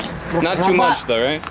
not too much though,